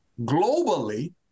globally